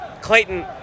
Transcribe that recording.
Clayton